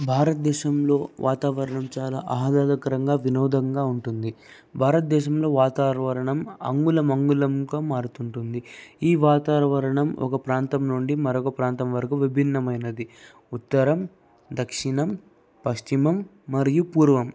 భారతదేశంలో వాతావరణం చాలా ఆహ్లాదకరంగా వినోదంగా ఉంటుంది భారతదేశంలో వాతావరణం అంగుళం అంగుళంగా మారుతుంటుంది ఈ వాతావరం ఒక ప్రాంతం నుండి మరొక ప్రాంతం వరకు విభిన్నమైనది ఉత్తరం దక్షిణం పశ్చిమం మరియు పూర్వం